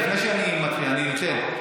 לפני שאני מתחיל, אני אתן.